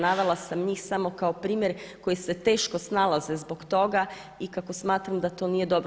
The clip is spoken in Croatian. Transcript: Navela sam njih samo kao primjer koji se teško snalaze zbog toga i kako smatram da to nije dobro.